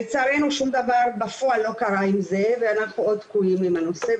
לצערנו שום דבר בפועל לא קרה עם זה ואנחנו עוד תקועים עם הנושא,